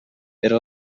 era